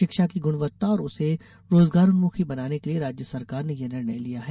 शिक्षा की गुणवत्ता और उसे रोजगारन्मुखी बनाने के लिये राज्य सरकार ने यह निर्णय लिया है